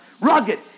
rugged